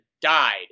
died